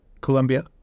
Colombia